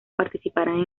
participarán